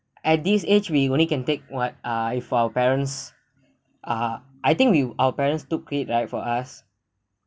at this age we only can take what ah for parents ah I think we our parents took it right for us